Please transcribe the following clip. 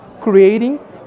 creating